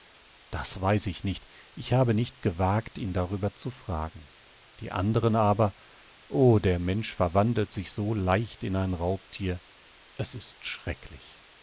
das weiß ich nicht ich habe nicht gewagt ihn darüber zu fragen die anderen aber o der mensch verwandelt sich so leicht in ein raubthier es ist schrecklich